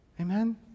Amen